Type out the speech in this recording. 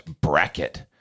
bracket